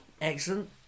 Excellent